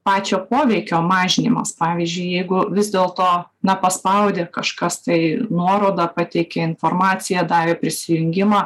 pačio poveikio mažinimas pavyzdžiui jeigu vis dėlto na paspaudi kažkas tai nuorodą pateikė informaciją davė prisijungimą